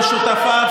זאב,